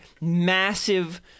massive